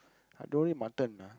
I don't eat my mutton lah